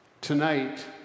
Tonight